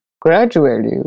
gradually